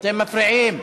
אתם מפריעים.